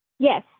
Yes